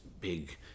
big